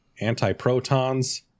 antiprotons